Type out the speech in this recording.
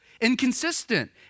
inconsistent